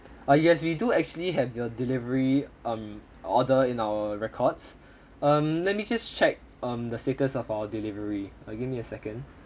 ah yes we do actually have your delivery um order in our records um let me just check um the status of our delivery uh give me a second